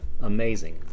amazing